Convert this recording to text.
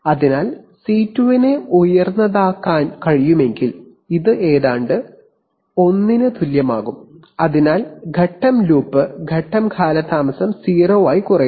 അതിനാൽ സി 2 നെ ഉയർന്നതാക്കാൻ കഴിയുമെങ്കിൽ ഇത് ഏതാണ്ട് 1 ന് തുല്യമാകും അതിനാൽ ഘട്ടം ലൂപ്പ് ഘട്ടം കാലതാമസം 0 ആയി കുറയുന്നു